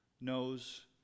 knows